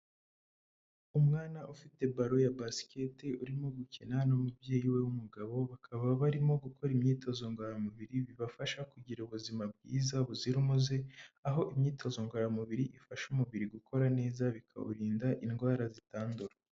Umwana ufite balo ya basikete urimo gukina n'umubyeyi we w'umugabo, bakaba barimo gukora imyitozo ngororamubiri bibafasha kugira ubuzima bwiza buzira umuze, aho imyitozo ngororamubiri ifasha umubiri gukora neza bikawurinda indwara zitandura.